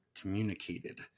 communicated